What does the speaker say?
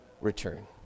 return